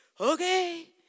Okay